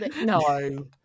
No